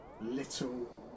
little